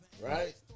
Right